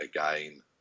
again